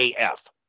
AF